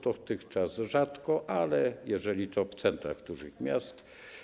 Dotychczas to rzadkie, ale jeżeli, to w centrach dużych miast.